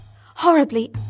horribly